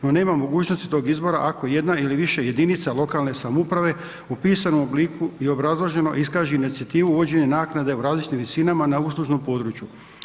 No, nema mogućnosti tog izbora ako jedna ili više jedinica lokalne samouprave u pisanom obliku i obrazloženo iskaže inicijativu uvođenja naknade u različitim visinama na uslužnom području.